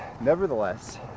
nevertheless